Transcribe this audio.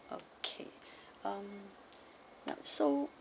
okay um yup so